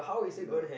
love